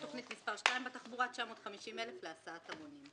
ותכנית מספר 2 לתחבורה: 950 אלף להסעת המונים.